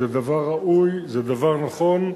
זה דבר ראוי, זה דבר נכון.